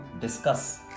discuss